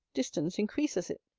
distance increases it.